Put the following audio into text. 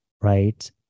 right